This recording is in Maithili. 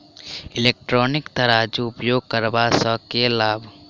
इलेक्ट्रॉनिक तराजू उपयोग करबा सऽ केँ लाभ?